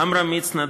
עמרם מצנע,